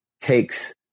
takes